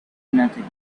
nothing